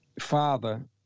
father